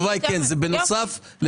זה בנוסף.